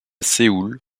séoul